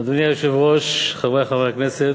היושב-ראש, חברי חברי הכנסת,